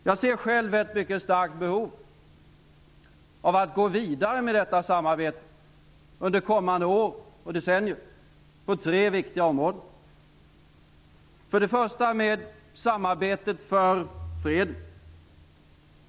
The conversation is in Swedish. Jag ser själv ett mycket starkt behov av att gå vidare med detta samarbete under kommande år och decennier. Det gäller tre viktiga områden. För det första gäller det samarbetet för freden.